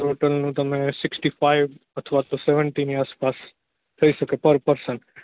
હોટલનું તમે sixty five અથવા તો સેવેંટી ની આસપાસ થઈ શકે પર પર્સન